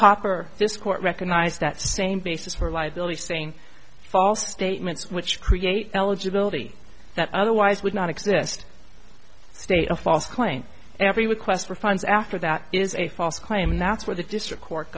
hopper this court recognized that same basis for liability saying false statements which create eligibility that otherwise would not exist state a false claim every request for funds after that is a false claim and that's where the district court